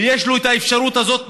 ויש לו האפשרות הזאת בחוק: